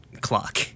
clock